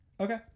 Okay